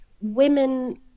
women